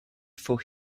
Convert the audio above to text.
for